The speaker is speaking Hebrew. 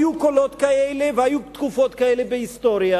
היו קולות כאלה והיו תקופות כאלה בהיסטוריה